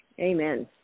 amen